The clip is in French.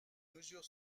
mesures